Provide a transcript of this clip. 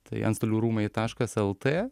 tai antstolių rūmai taškas lt